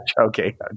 okay